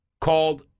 called